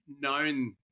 known